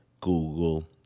Google